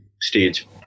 stage